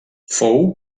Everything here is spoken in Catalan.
fou